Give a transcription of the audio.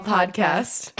Podcast